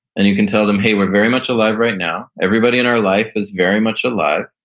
and you can tell them, hey, we're very much alive right now. everybody in our life is very much alive.